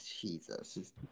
Jesus